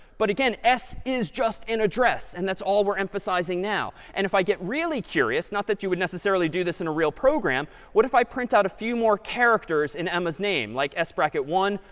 but again, s is just an address. and that's all we're emphasizing now. and if i get really curious not that you would necessarily do this in a real program what if i print out a few more characters in emma's name, like s bracket one,